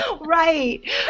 right